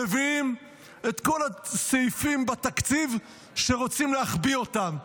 מביאים את כל הסעיפים בתקציב שרוצים להחביא אותם.